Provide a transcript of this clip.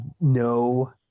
No